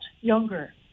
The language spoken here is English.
younger